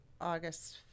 august